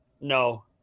No